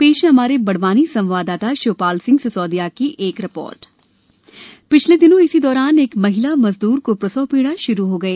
पेश है हमारे बड़वानी संवाददाता शिवपाल सिंह सिसोदिया की एक रिपोर्ट पिछले दिनों इसी दौरान एक महिला मजद्र को प्रसव पीड़ा श्रू हो गई